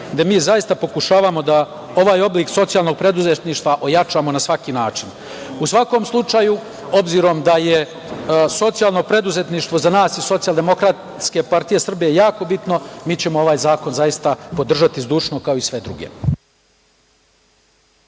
gde mi zaista pokušavamo da ovaj oblik socijalnog preduzetništva ojačamo na svaki način.U svakom slučaju, obzirom da je socijalno preduzetništvo za nas iz Socijaldemokratske partije Srbije jako bitno, mi ćemo ovaj zakon podržati zdušno, kao i sve druge.